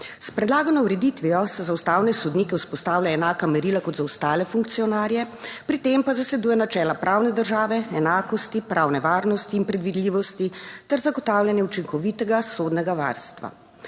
S predlagano ureditvijo se za ustavne sodnike vzpostavlja enaka merila kot za ostale funkcionarje, pri tem pa zasleduje načela pravne države, enakosti, pravne varnosti in predvidljivosti ter zagotavljanje učinkovitega sodnega varstva.